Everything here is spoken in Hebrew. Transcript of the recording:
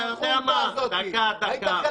אלא בגלל הרבה דברים ששמענו